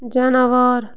جاناوار